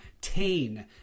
Tane